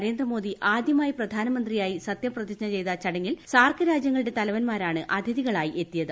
നരേന്ദ്രമോദി ആദ്യമാ്യി പ്രധാനമന്ത്രിയായി സത്യപ്രതിജ്ഞ ചെയ്ത ചടങ്ങിൽ സാർക് രാജ്യങ്ങളുടെ തലവന്മാരാണ് അതിഥികളായി എത്തിയത്